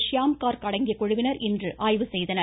ஷ்யாம் கார்க் அடங்கிய குழுவினா் இன்று ஆய்வு செய்தனர்